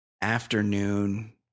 afternoon